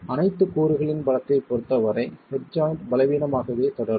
அனைத்து கூறுகளின் பலத்தைப் பொருத்தவரை ஹெட் ஜாய்ண்ட் பலவீனமாகவே தொடரும்